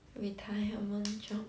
retirement job